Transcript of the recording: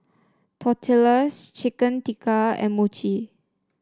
Tortillas Chicken Tikka and Mochi